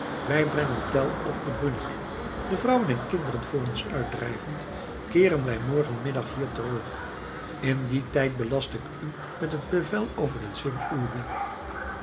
wij brengen tell op den bruneck en vrouwen en kinderen voor ons uitdrijvend keeren we morgen middag hier terug in dien tijd belast ik u met het bevel over den